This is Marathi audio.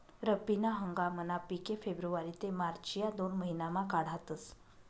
रब्बी ना हंगामना पिके फेब्रुवारी ते मार्च या दोन महिनामा काढातस